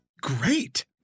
great